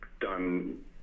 done